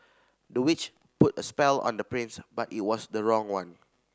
the witch put a spell on the prince but it was the wrong one